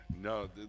no